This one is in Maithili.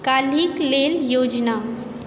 काल्हिक लेल योजना